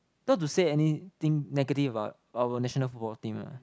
not to say anything negative about our national football team ah